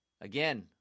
Again